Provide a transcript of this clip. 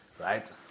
Right